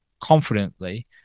confidently